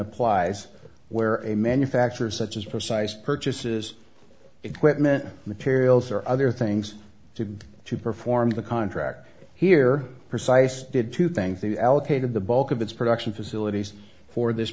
applies where they manufacture such as precise purchases equipment materials or other things to to perform the contract here precise did to thank the allocated the bulk of its production facilities for this